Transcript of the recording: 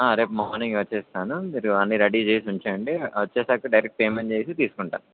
రేపు మార్నింగ్ వచ్చేస్తాను మీరు అన్ని రెడీ చేసి ఉంచేయండి వచ్చేసాక డైరెక్ట్ పేమెంట్ చేసి తీసుకుంటాాను